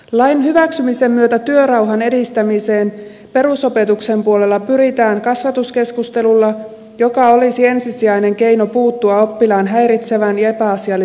lain hyväksymisen myötä työrauhan edistämiseen perusopetuksen puolella pyritään kasvatuskeskustelulla joka olisi ensisijainen keino puuttua oppilaan häiritsevään ja epäasialliseen käyttäytymiseen